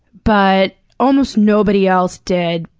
but almost nobody else did,